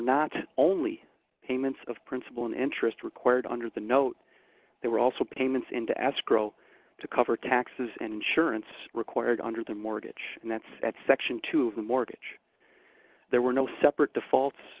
not only payments of principal and interest required under the note they were also payments into escrow to cover taxes and insurance required under the mortgage and that's at section two of the mortgage there were no separate defaults